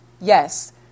Yes